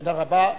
תודה רבה.